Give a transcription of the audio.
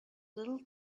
little